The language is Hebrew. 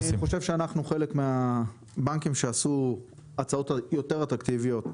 אני חושב שאנחנו חלק מהבנקים שעשו הצעות יותר אטרקטיביות.